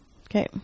Okay